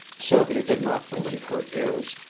sylvia did not believe her ears.